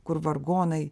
kur vargonai